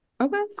okay